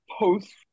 post